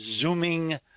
zooming